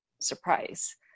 surprise